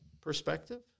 perspective